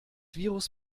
virus